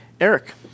Eric